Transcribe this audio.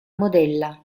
modella